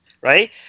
right